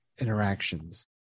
interactions